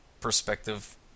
perspective